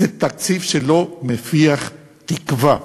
זה תקציב שלא מפיח תקווה.